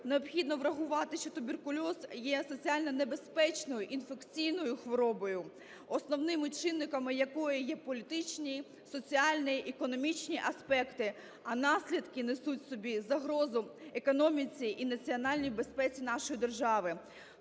Необхідно врахувати, що туберкульоз є соціально небезпечною інфекційною хворобою, основними чинниками якої є політичні, соціальні, економічні аспекти, а наслідки несуть в собі загрозу економіці і національній безпеці нашої держави.